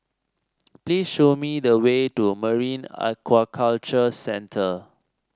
please show me the way to Marine Aquaculture Centre